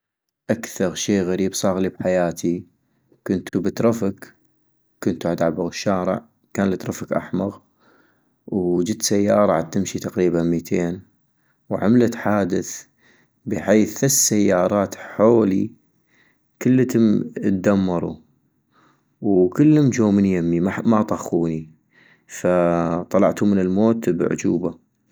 اكثغ شي غريب صاغلي بحياتي - كنتو بترفك وكنتو عدعبغ الشارع ، كان الترفك احمغ ، وجت سيارة عتمشي تقريبا متين ، وعملت حادث بحيث ثث سيارات حولي كلتم ادمرو وكلم جو من يمي ما طخوني، فطلعتو من الموت بأعجوبة